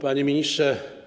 Panie Ministrze!